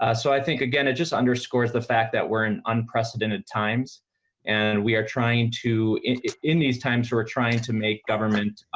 ah so i think again it just underscores the fact that we're in unprecedented times and we're trying to it it in these times are trying to make government.